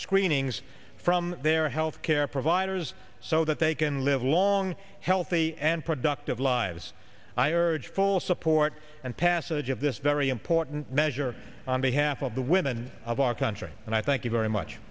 screenings from their health care providers so that they can live long healthy and productive lives i urge full support and passage of this very important measure on behalf of the women of our country and i thank you very much